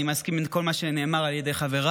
אני מסכים עם כל מה שנאמר על ידי חבריי,